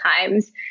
times